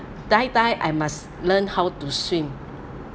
die die I must learn how to swim